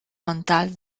mental